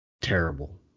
terrible